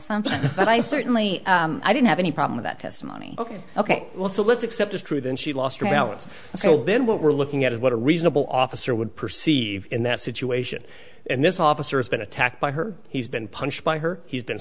assumption but i certainly i didn't have any problem with that testimony ok ok well so let's accept is true then she lost her balance so then what we're looking at is what a reasonable officer would perceive in that situation and this officer has been attacked by her he's been punched by her he's been